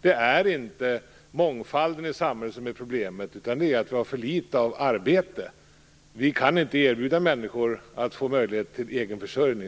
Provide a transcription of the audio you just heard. Det är inte mångfalden i samhället som är problemet, utan det är att vi har för litet arbete. Vi kan inte erbjuda människor möjlighet till egen försörjning.